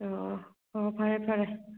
ꯑꯣ ꯑꯣ ꯐꯔꯦ ꯐꯔꯦ